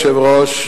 אדוני היושב-ראש,